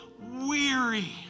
weary